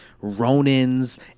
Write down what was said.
ronins